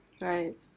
Right